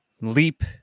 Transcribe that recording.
leap